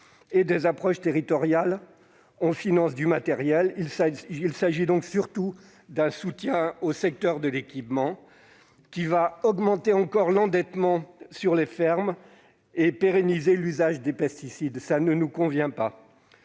sur des approches territoriales, on finance du matériel. Il y a là surtout un soutien au secteur de l'équipement, au risque d'augmenter l'endettement des fermes et de pérenniser l'usage des pesticides. Cela ne nous convient pas